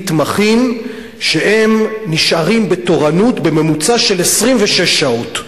מתמחים שם נשארים בתורנות בממוצע 26 שעות.